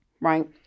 right